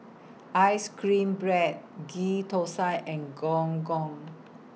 Ice Cream Bread Ghee Thosai and Gong Gong